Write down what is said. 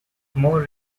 more